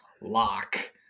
lock